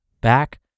back